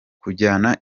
kujyana